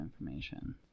information